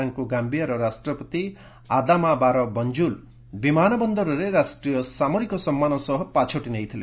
ତାଙ୍କୁ ଗାୟିଆର ରାଷ୍ଟ୍ରପତି ଆଦାମା ବାରୋ ବଞ୍ଜୁଲ୍ ବିମାନ ବନ୍ଦରରେ ରାଷ୍ଟ୍ରୀୟ ସାମରିକ ସମ୍ମାନ ସହ ପାଛୋଟି ନେଇଥିଲେ